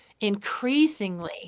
increasingly